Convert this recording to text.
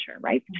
right